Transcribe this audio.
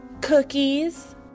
cookies